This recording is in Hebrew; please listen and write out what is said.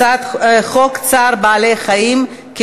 הצעת חוק צער בעלי-חיים (הגנה על בעלי-חיים) (תיקון מס' 10),